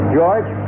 George